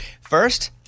First